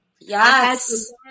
Yes